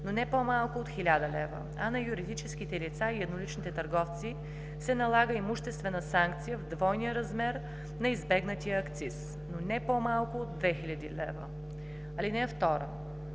но не по-малко от 1000 лв., а на юридическите лица и едноличните търговци се налага имуществена санкция в двойния размер на избегнатия акциз, но не по-малко от 2000 лв. (2) Който